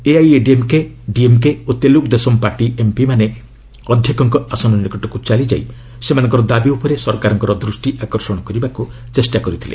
ଏଆଇଏଡିଏମ୍କେ ଡିଏମ୍କେ ଓ ତେଲୁଗ୍ରଦେଶମ ପାର୍ଟି ଏମ୍ପିମାନେ ମଧ୍ୟ ଅଧ୍ୟକ୍ଷଙ୍କ ଆସନ ନିକଟକୁ ଚାଲିଯାଇ ସେମାନଙ୍କ ଦାବି ଉପରେ ସରକାରଙ୍କ ଦୃଷ୍ଟି ଆକର୍ଷଣ କରିବାକୁ ଚେଷ୍ଟା କରିଥିଲେ